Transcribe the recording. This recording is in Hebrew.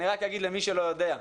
אני רק אגיד למי שלא יודע,